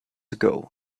ago